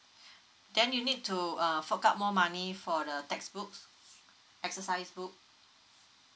then you need to uh fork out more money for the textbooks exercise book